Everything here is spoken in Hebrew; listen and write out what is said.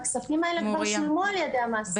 הכספים האלה כבר שולמו על ידי המעסיק.